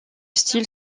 style